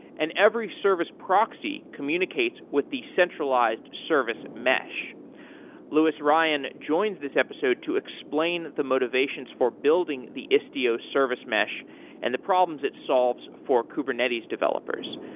and every service proxy communicates with the centralized service mesh louis ryan joins this episode to explain the motivations for building the istio service mesh and the problems it solves for kubernetes developers.